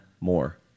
more